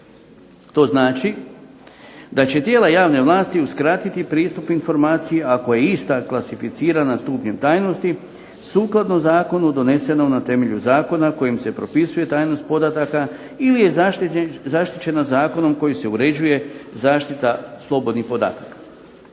To znači da će tijela javne vlasti uskratiti pristup informaciji ako je ista klasificirana stupnjem tajnosti sukladno zakonu donesenom na temelju zakona kojim se propisuje tajnost podataka ili je zaštićena zakonom kojim se uređuje zaštita slobodnih podataka.